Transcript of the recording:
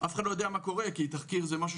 אף אחד לא יודע מה קורה כי תחקיר זה משהו